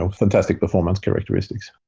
ah fantastic performance characteristics